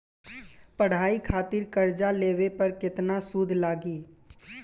पढ़ाई खातिर कर्जा लेवे पर केतना सूद लागी?